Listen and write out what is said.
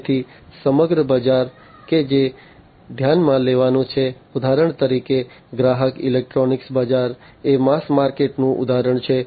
તેથી સમગ્ર બજાર કે જે ધ્યાનમાં લેવાનું છે ઉદાહરણ તરીકે ગ્રાહક ઇલેક્ટ્રોનિક્સ બજાર એ માસ માર્કેટ નું ઉદાહરણ છે